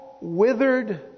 withered